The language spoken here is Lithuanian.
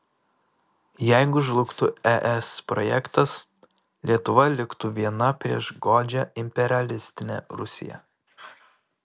jeigu žlugtų es projektas lietuva liktų viena prieš godžią imperialistinę rusiją